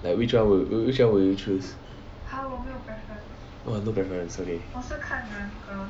like which one will which one will you choose oh no preference okay